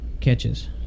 catches